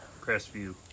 Crestview